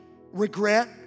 regret